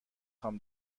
خوام